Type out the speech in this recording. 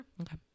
Okay